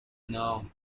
now